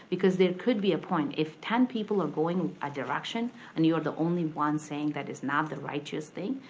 because there could be a point. if ten people are going a direction and you're the only one saying that is not the righteous thing,